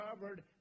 covered